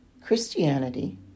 Christianity